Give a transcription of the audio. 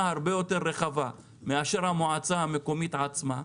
הרבה יותר רחבה מאשר המועצה המקומית עצמה.